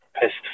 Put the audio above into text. pissed